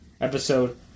episode